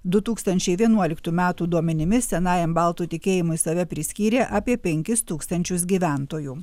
du tūkstančiai vienuoliktų metų duomenimis senajam baltų tikėjimui save priskyrė apie penkis tūkstančius gyventojų